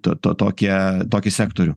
t to tokią tokį sektorių